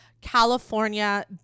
california